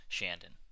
Shandon